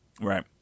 Right